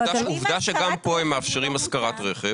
עובדה שגם כאן הם מאפשרים השכרת רכב.